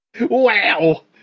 Wow